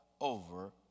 over